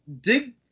dig